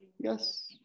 Yes